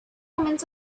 omens